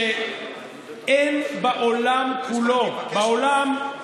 שאין בעולם כולו, בעולם,